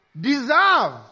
deserve